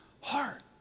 heart